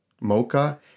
mocha